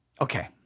okay